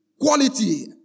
quality